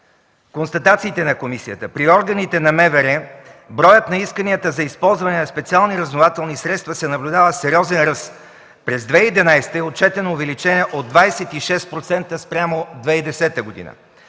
Констатациите на комисията: „При органите на МВР броят на исканията за използване на специални разузнавателни средства се наблюдава сериозен ръст. През 2011 г. е отчетено увеличение от 26% спрямо 2010 г.